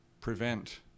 prevent